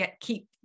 keep